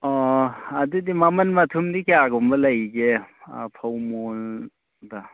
ꯑꯥ ꯑꯗꯨꯗꯤ ꯃꯃꯟ ꯃꯊꯨꯝꯗꯤ ꯀꯌꯥꯒꯨꯝꯕ ꯂꯩꯔꯤꯒꯦ ꯐꯧ ꯃꯣꯟꯗ